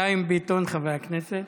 חיים ביטון, חבר הכנסת.